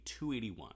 .281